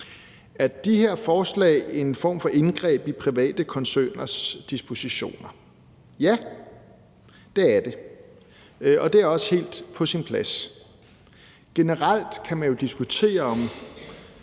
Er de her forslag en form for indgreb i private koncerners dispositioner? Ja, det er de, og det er også helt på sin plads. Generelt kan man jo diskutere, om